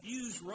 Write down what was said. use